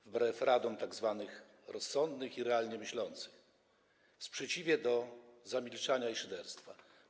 Wbrew radom tzw. rozsądnych i realnie myślących, w sprzeciwie do zamilczania i szyderstwa.